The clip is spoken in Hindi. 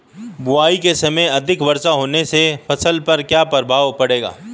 बुआई के समय अधिक वर्षा होने से फसल पर क्या क्या प्रभाव पड़ेगा?